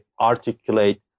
articulate